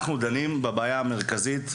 אנחנו דנים בבעיה המרכזית,